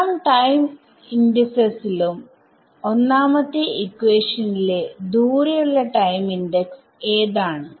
എല്ലാ ടൈം ഇൻഡിസസിലും time indices ഒന്നാമത്തെ ഇക്വേഷനിലെ ദൂരെയുള്ള ടൈം ഇണ്ടെക്സ് ഏതാണ്